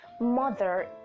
mother